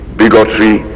bigotry